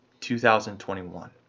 2021